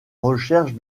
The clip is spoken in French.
recherche